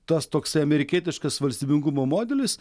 tas toksai amerikietiškas valstybingumo modelis